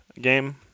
game